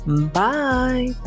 bye